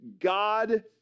God